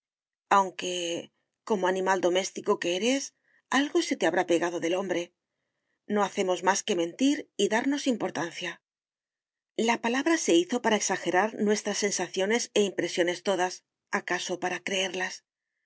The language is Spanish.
aunque como animal doméstico que eres algo se te habrá pegado del hombre no hacemos más que mentir y darnos importancia la palabra se hizo para exagerar nuestras sensaciones e impresiones todas acaso para creerlas